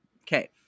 Okay